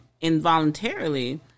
involuntarily